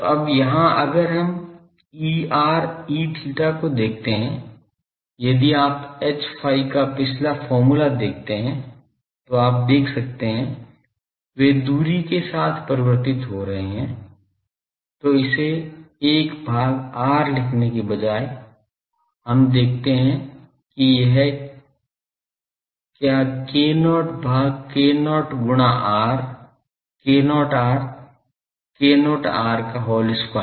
तो अब यहाँ अगर हम Er Eθ को देखते हैं यदि आप Hϕ का पिछला फार्मूला देखते हैं तो आप देख सकते हैं वे दुरी के साथ परिवर्तित हो रहे है तो इसे 1 भाग r लिखने की बजाय हम देखते है की यह क्या k0 भाग k0 गुणा r k0 r k0 r का whole square